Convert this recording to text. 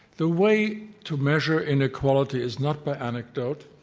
the way to measure inequality is not by anecdote,